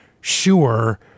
sure